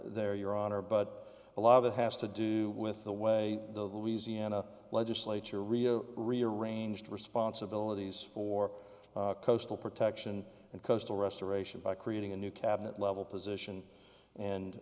there your honor but a lot of it has to do with the way the easy and legislature rio rearranged responsibilities for coastal protection and coastal restoration by creating a new cabinet level position and